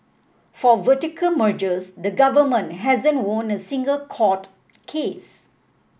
for vertical mergers the government hasn't won a single court case